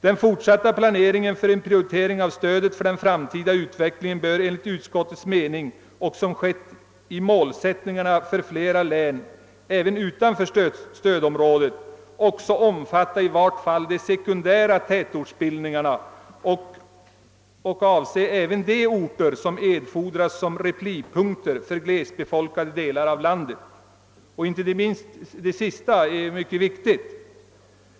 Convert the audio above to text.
Den fortsatta planeringen för en prioritering av stödet för den framtida utvecklingen bör enligt utskottets mening — och som skett i målsättningarna för flera län även utanför stödområdet — också omfatta i vart fall de sekundära tätortsbildningarna och avse även de orter som erfordras som replipunkter för glesbefolkade delar av landet.» Inte minst det sista är mycket viktigt.